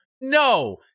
no